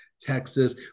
Texas